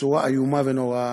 בצורה איומה ונוראה,